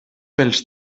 pels